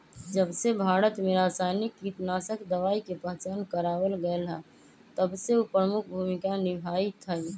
जबसे भारत में रसायनिक कीटनाशक दवाई के पहचान करावल गएल है तबसे उ प्रमुख भूमिका निभाई थई